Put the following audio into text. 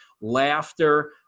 laughter